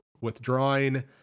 withdrawing